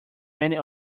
many